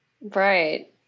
Right